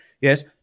yes